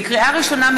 לקריאה ראשונה,